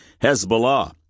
Hezbollah